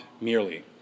merely